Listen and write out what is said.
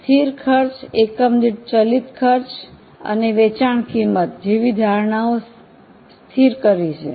સ્થિર ખર્ચ એકમ દીઠ ચલિત ખર્ચ અને વેચાણ કિંમત જેવી ધારણાઓ સ્થિર કરી છે